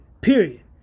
Period